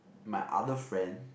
my other friend